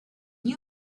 you